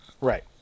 Right